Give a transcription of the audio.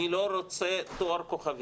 אני לא רוצה תואר כוכבית,